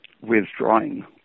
withdrawing